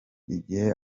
igihe